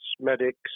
medics